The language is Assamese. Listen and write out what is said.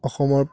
অসমত